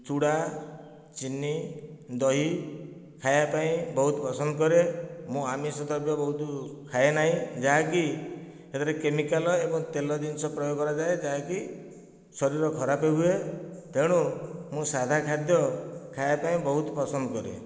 ଚୁଡ଼ା ଚିନି ଦହି ଖାଇବା ପାଇଁ ବହୁତ ପସନ୍ଦ କରେ ମୁଁ ଆମିଷ ଦ୍ରବ୍ୟ ବହୁତ ଖାଏ ନାହିଁ ଯାହାକି ସେଥିରେ କେମିକାଲ ଏବଂ ତେଲ ଜିନିଷ ପ୍ରୟୋଗ କରାଯାଏ ଯାହାକି ଶରୀର ଖରାପ ହୁଏ ତେଣୁ ମୁଁ ସାଧା ଖାଦ୍ୟ ଖାଇବା ପାଇଁ ବହୁତ ପସନ୍ଦ କରେ